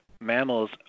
mammals